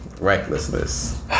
Recklessness